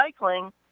recycling